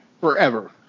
Forever